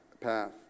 path